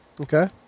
Okay